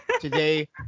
Today